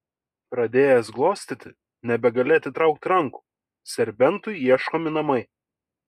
pradėjęs glostyti nebegali atitraukti rankų serbentui ieškomi namai